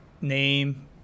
name